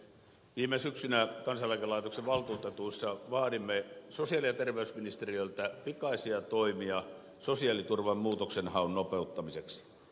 viime syksynä kansaneläkelaitoksen valtuutetuissa vaadimme sosiaali ja terveysministeriöltä pikaisia toimia sosiaaliturvan muutoksenhaun nopeuttamiseksi